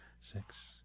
six